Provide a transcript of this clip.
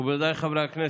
מכובדיי חברי הכנסת,